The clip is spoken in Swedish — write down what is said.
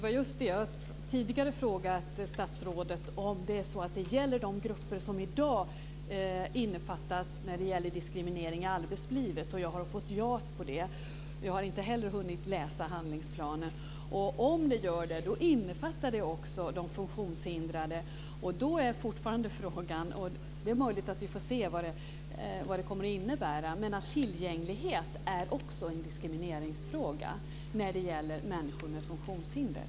Fru talman! Jag har tidigare frågat statsrådet om det är så att det gäller de grupper som i dag innefattas när det gäller diskriminering i arbetslivet. Jag har fått ett ja på den frågan. Jag har inte heller hunnit läsa handlingsplanen. Men om det gör det innefattar det också de funktionshindrade. Det är möjligt att vi får se vad det kommer att innebära. Men tillgänglighet är också en diskrimineringsfråga när det gäller människor med funktionshinder.